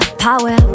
power